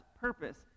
purpose